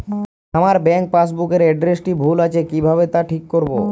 আমার bank passbook এর এড্রেসটি ভুল আছে কিভাবে তা ঠিক করবো?